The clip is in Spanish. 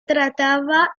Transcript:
trataba